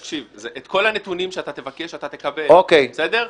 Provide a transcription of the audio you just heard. תקשיב, את כל הנתונים שאתה תבקש אתה תקבל, בסדר?